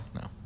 No